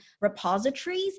repositories